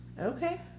Okay